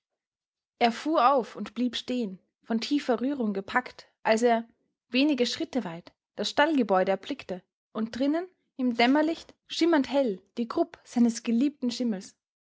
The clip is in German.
er fuhr auf und blieb stehen von tiefer rührung gepackt als er wenige schritte weit das stallgebäude erblickte und drinnen im dämmerlicht schimmernd hell die krupp seines geliebten schimmels